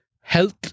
Health